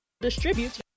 Distribute